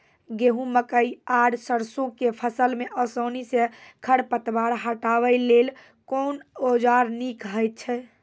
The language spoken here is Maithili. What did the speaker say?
गेहूँ, मकई आर सरसो के फसल मे आसानी सॅ खर पतवार हटावै लेल कून औजार नीक है छै?